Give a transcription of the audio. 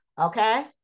Okay